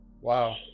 wow